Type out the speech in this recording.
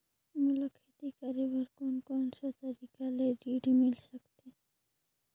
मोला खेती करे बर कोन कोन सा तरीका ले ऋण मिल सकथे?